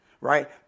right